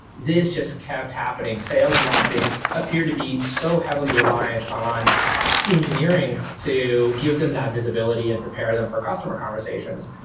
this just kept happening sales and marketing appeared to be so heavily reliant on engineering to give them that visibility and prepare them for customer conversations.